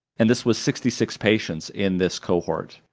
and this was sixty six patients in this cohort,